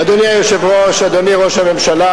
אדוני היושב-ראש, אדוני ראש הממשלה,